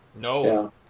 No